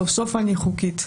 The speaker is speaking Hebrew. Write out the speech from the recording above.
סוף-סוף אני חוקית.